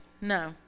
No